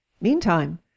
Meantime